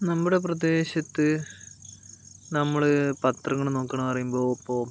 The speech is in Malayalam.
നമ്മുടെ പ്രദേശത്ത് നമ്മൾ പത്രങ്ങൾ നോക്കണ് പറയുമ്പോൾ ഇപ്പോൾ